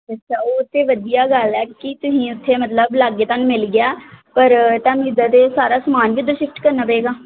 ਅੱਛਾ ਉਹ ਤਾਂ ਵਧੀਆ ਗੱਲ ਹੈ ਕਿ ਤੁਸੀਂ ਉੱਥੇ ਮਤਲਬ ਲਾਗੇ ਤੁਹਾਨੂੰ ਮਿਲ ਗਿਆ ਪਰ ਤੁਹਾਨੂੰ ਇੱਦਾਂ ਤਾਂ ਸਾਰਾ ਸਮਾਨ ਵੀ ਇੱਧਰ ਸ਼ਿਫਟ ਕਰਨਾ ਪਏਗਾ